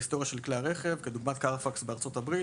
ההיסטוריה של כלי הרכב כדוגמת Car fax בארצות הברית